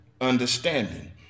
understanding